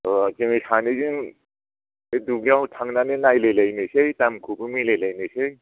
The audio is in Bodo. अ जोङो सानैजों बे दुब्लियाव थांनानै नायलायलायनोसै दामखौबो मिलायलायनोसै